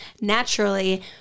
naturally